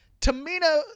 Tamina